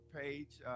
page